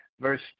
Verse